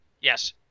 Yes